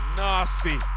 nasty